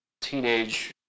teenage